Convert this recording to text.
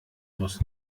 muss